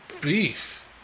beef